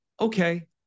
okay